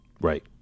Right